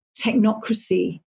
technocracy